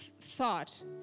thought